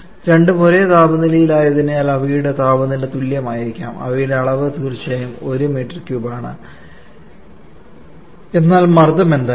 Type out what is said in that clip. രണ്ടും ഒരേ താപനിലയിലായതിനാൽ അവയുടെ താപനില തുല്യമായിരിക്കാം അവയുടെ അളവ് തീർച്ചയായും 1 m3 ആണ് എന്നാൽ മർദ്ദം എന്തായിരിക്കും